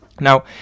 Now